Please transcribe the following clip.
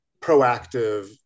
proactive